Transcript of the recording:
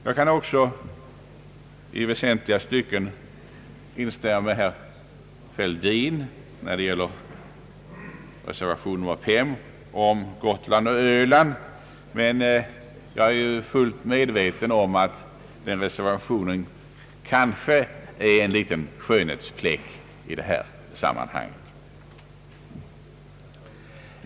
Jag kan också i väsentliga stycken instämma med herr Fälldin när det gäller reservation nr 5 om Gotland och Öland, men jag är fullt medveten om att den reservationen kanske är en liten skatteteknisk skönhetsfläck i detta sammanhang.